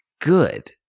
good